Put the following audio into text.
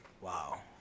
Wow